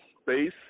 Space